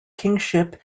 kingship